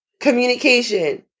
communication